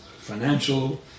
financial